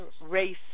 race